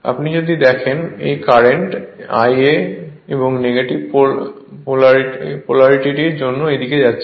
আপনি যদি দেখেন এটি Ia কারেন্ট যা নেগেটিভ পোলারিটির জন্য এই দিকে যাচ্ছে